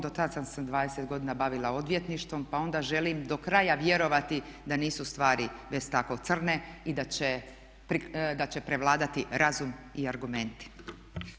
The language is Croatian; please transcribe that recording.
Do tad sam 20 godina bavila odvjetništvom, pa onda želim do kraja vjerovati da nisu stvari tako crne i da će prevladati razum i argumenti.